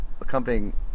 accompanying